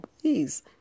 please